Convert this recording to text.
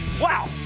Wow